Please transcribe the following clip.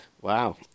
Wow